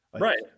Right